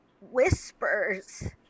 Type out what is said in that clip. whispers